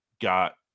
got